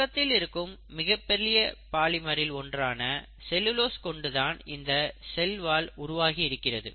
உலகத்தில் இருக்கும் மிகப்பெரிய பாலிமரில் ஒன்றான செலுலோஸ் கொண்டு இந்த செல் வால் உருவாகி இருக்கிறது